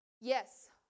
Yes